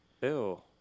Ew